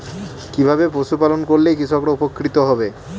কিভাবে পশু পালন করলেই কৃষকরা উপকৃত হবে?